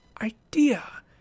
idea